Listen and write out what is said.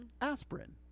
Aspirin